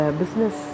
business